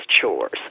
chores